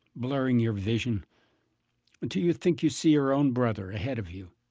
blurring your vision until you think you see your own brother ahead of you,